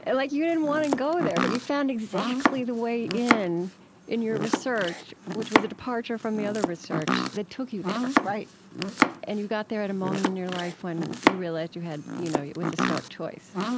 and like you didn't want to and go there, but you found exactly the way in in your research, which was a departure from the other research, that took you there right and you got there at a moment in your life when you realized you had, you know, it was a stark choice.